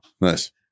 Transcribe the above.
Nice